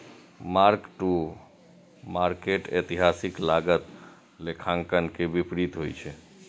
mark to market एतिहासिक लागत लेखांकन के विपरीत होइ छै